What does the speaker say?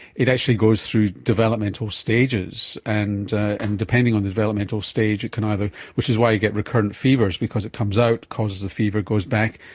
it actually goes through developmental stages. and and depending on the developmental stage it can either, which is why you get recurrent fevers because it comes out, causes a fever, goes back.